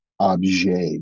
objet